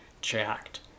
jacked